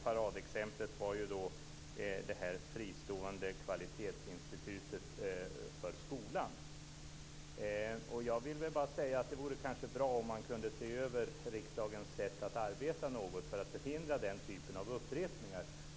Paradexemplet var det fristående kvalitetsinstitutet för skolan. Jag vill bara säga att det kanske vore bra om man något kunde se över riksdagens sätt att arbeta för att förhindra den typen av upprepningar.